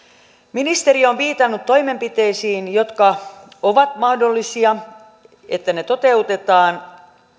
ministeri on viitannut toimenpiteisiin jotka ovat mahdollisia jotka toteutetaan